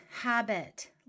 habit